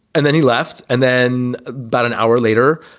and then he left. and then about an hour later,